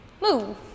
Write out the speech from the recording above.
Move